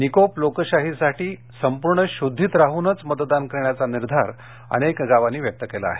निकोप लोकशाहीसाठी संपूर्ण शुद्धीत राहूनच मतदान करण्याचा निर्धार अनेक गावांनी व्यक्त केला आहे